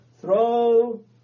Throw